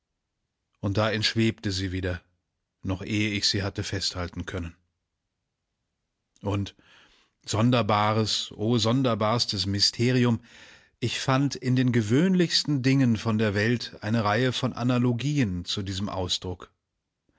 und da entschwebte sie wieder noch ehe ich sie hatte festhalten können und sonderbares o sonderbarstes mysterium ich fand in den gewöhnlichsten dingen von der welt eine reihe von analogien zu diesem ausdruck